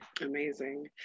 Amazing